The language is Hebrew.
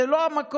זה לא המקום.